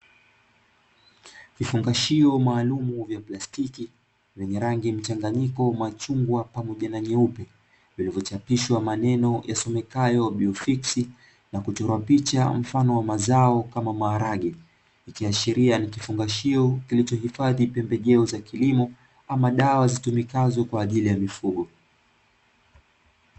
Vifungashio maalumu vya plastiki vyenye rangi ya machungwa na nyeupe vilivyochapishwa maneno yasomekayo "fixed" n kuchorwa picha z mazao kama maharage zikiashiria ni kifungashio kilichohifadhi pembejeo za kilimo au dawa kwajili ya mifugo.